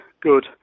good